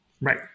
Right